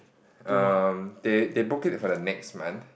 um they they book it for the next month